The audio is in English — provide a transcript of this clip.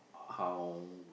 how